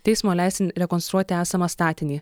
teismo leisti rekonstruoti esamą statinį